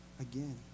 again